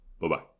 Bye-bye